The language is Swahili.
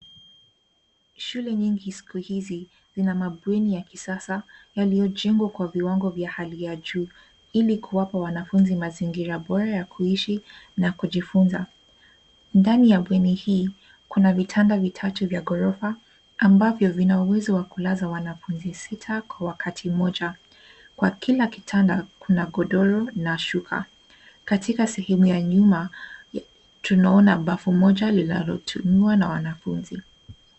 Shule nyingi siku hizi, zina mabweni ya kisasa, yaliyojengwa kwa viwango vya hali ya juu, ili kuwapa wanafunzi mazingira bora ya kuishi na kujifunza. Ndani ya bweni hii ,kuna vitanda vitatu vya ghorofa, ambavyo vina uwezo wa kulaza wanafunzi sita kwa wakati mmoja. Kwa kila kitanda, kuna godoro na shuka. Katika sehemu ya nyuma, tunaona bafu moja linatumiwa na wanafunzi.